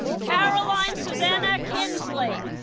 caroline susannah kinsley